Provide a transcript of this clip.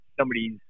somebody's